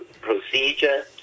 procedure